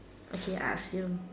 okay I ask you